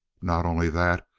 not only that,